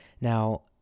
Now